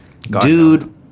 dude—